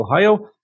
ohio